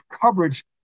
coverage